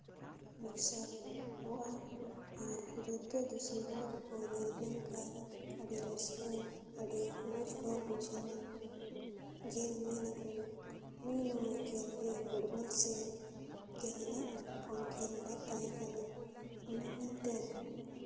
ᱢᱟᱨᱥᱟᱞᱚᱜᱼᱟ ᱟᱨ ᱡᱚᱛᱚ ᱫᱤᱥᱚᱢ ᱦᱚᱲ ᱠᱚ ᱧᱮᱞ ᱞᱮᱢ ᱠᱷᱟᱡ ᱟᱹᱰᱤ ᱨᱟᱹᱥᱠᱟᱹ ᱟᱹᱰᱤ ᱢᱚᱡᱽ ᱠᱚ ᱵᱩᱡᱷᱟᱹᱣᱟ ᱡᱮ ᱢᱮᱱᱟ ᱠᱚ ᱱᱩᱭ ᱱᱚᱣᱟ ᱠᱷᱮᱞ ᱨᱮ ᱯᱷᱩᱵᱚᱞ ᱥᱮ ᱡᱟᱦᱟᱱᱟᱜ ᱠᱚᱢ ᱠᱷᱮᱞ ᱞᱮᱫ ᱛᱟᱦᱮᱸ ᱠᱟᱱᱟ ᱚᱱᱟ ᱢᱮᱱᱛᱮᱫ